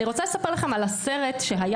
אני רוצה לספר לכם על הסרט שהיה